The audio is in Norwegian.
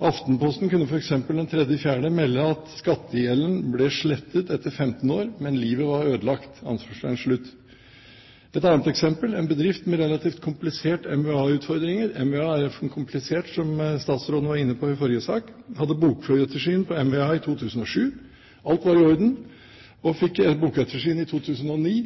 Aftenposten kunne f.eks. den 3. april melde: Skattegjelden ble slettet etter 15 år, men livet var ødelagt. Et annet eksempel: En bedrift med relativt kompliserte mva.-utfordringer – mva. er komplisert, som statsråden var inne på i forrige sak – hadde bokettersyn når det gjaldt i 2007. Alt var i orden. Så fikk de bokettersyn i 2009.